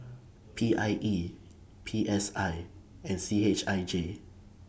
P I E P S I and C H I J